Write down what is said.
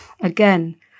again